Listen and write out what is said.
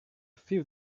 few